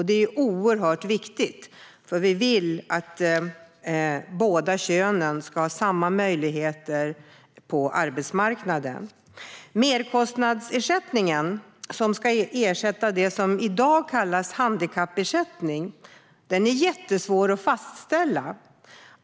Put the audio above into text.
Det är oerhört viktigt, för vi vill att båda könen ska ha samma möjligheter på arbetsmarknaden. Merkostnadsersättningen, som ska ersätta det som i dag kallas handikappersättning, är jättesvår att fastställa.